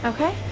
Okay